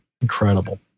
incredible